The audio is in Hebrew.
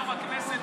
יו"ר הכנסת,